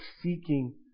seeking